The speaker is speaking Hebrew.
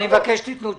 אני מבקש שתיתנו תשובה.